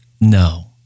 No